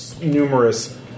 numerous